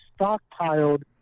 stockpiled